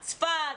צפת?